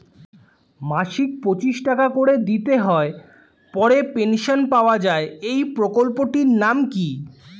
মাসিক পঁচিশ টাকা করে দিতে হয় পরে পেনশন পাওয়া যায় এই প্রকল্পে টির নাম কি?